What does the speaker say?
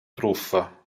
truffa